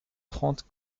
trente